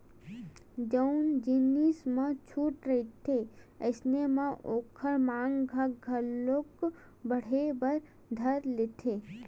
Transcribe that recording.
जउन जिनिस म छूट रहिथे अइसन म ओखर मांग ह घलो बड़हे बर धर लेथे